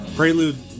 Prelude